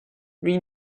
wie